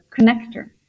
connector